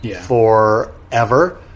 forever